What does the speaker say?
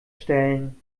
stellen